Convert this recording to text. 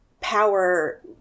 power